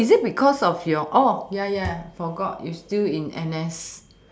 or is it because of your ya ya forgot you still in N_S